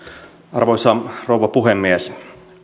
arvoisa rouva puhemies